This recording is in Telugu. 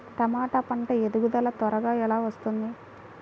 టమాట పంట ఎదుగుదల త్వరగా ఎలా వస్తుంది?